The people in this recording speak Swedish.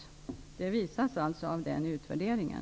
Det visas av utvärderingen.